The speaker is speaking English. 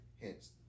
hence